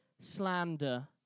slander